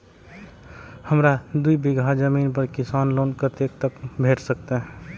हमरा दूय बीगहा जमीन पर किसान लोन कतेक तक भेट सकतै?